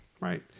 Right